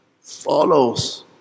follows